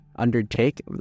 undertake